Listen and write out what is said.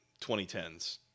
2010s